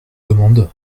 demande